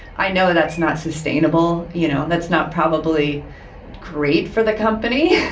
i know that's not sustainable. you know, that's not probably great for the company.